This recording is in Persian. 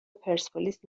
پرسپولیس